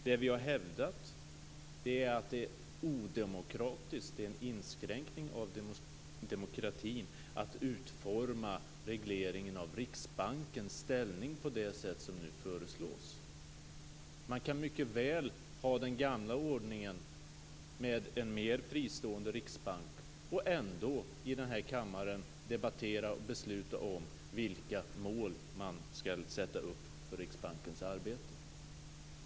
Det vi har hävdat är att det är odemokratiskt - en inskränkning av demokratin - att utforma regleringen av Riksbankens ställning på det sätt som nu föreslås. Man kan mycket väl ha den gamla ordningen med en mer fristående riksbank och ändå i denna kammare debattera och besluta om vilka mål man skall sätta upp för Riksbankens arbete.